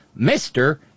Mr